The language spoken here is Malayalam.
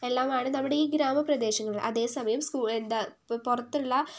എല്ലാമാണ് നമ്മുടെ ഈ ഗ്രാമ പ്രദേശങ്ങളില് അതെ സമയം എന്താ ഇപ്പോൾ പുറത്തുള്ള